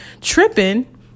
tripping